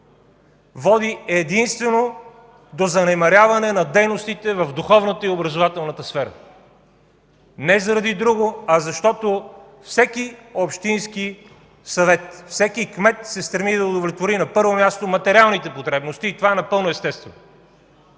води единствено до занемаряване на дейностите в духовната и образователната сфера, не заради друго, а защото всеки общински съвет, всеки кмет се стреми да удовлетвори на първо място материалните потребности и това е напълно естествено.